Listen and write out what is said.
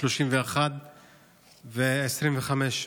31 ו-25.